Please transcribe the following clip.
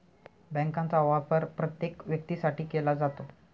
बँकांचा वापर प्रत्येक व्यक्तीसाठी केला जातो